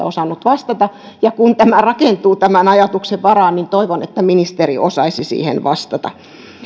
osannut vastata ja kun tämä rakentuu tämän ajatuksen varaan niin toivon että ministeri osaisi siihen vastata